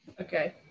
Okay